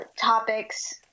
topics